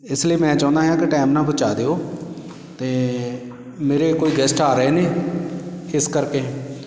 ਇਸ ਲਈ ਮੈਂ ਚਾਹੁੰਦਾ ਹਾਂ ਕਿ ਟਾਈਮ ਨਾਲ ਪਹੁੰਚਾ ਦਿਓ ਅਤੇ ਮੇਰੇ ਕੋਈ ਗੈਸਟ ਆ ਰਹੇ ਨੇ ਇਸ ਕਰਕੇ